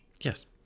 Yes